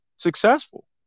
Successful